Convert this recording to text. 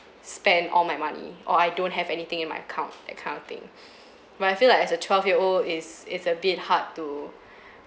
spent all my money or I don't have anything in my account that kind of thing but I feel like as a twelve year old its its a bit hard to